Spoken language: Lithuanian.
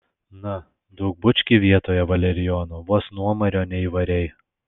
na duok bučkį vietoje valerijono vos nuomario neįvarei